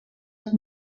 els